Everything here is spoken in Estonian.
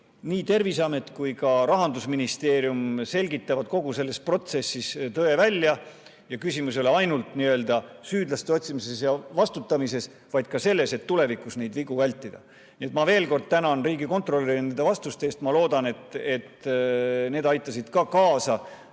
nii Terviseamet kui ka Rahandusministeerium selgitavad kogu selles protsessis tõe välja. Küsimus ei ole ainult nii-öelda süüdlaste otsimises ja vastutamises, vaid ka selles, et tulevikus neid vigu vältida. Nii et ma veel kord tänan riigikontrolöri nende vastuste eest. Ma loodan, et need aitasid kaasa